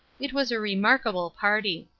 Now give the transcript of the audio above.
it was a remarkable party.